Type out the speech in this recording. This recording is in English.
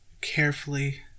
carefully